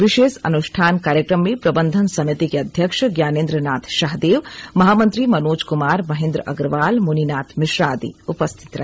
विशेष अनुष्ठान कार्यक्रम में प्रबंधन समिति के अध्यक्ष ज्ञानेंद्र नाथ शाहदेव महामंत्री मनोज कुमार महेंद्र अग्रवाल मुनिनाथ मिश्रा आदि उपस्थित रहे